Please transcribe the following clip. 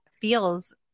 feels